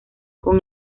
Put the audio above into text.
con